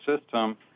system